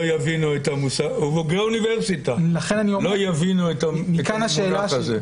בוגרי אוניברסיטה לא יבינו את המונח הזה.